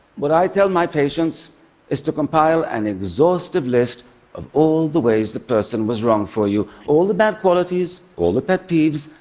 what i tell my patients is to compile an exhaustive list of all the ways the person was wrong for you, all the bad qualities, all the pet peeves,